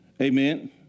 Amen